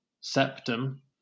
septum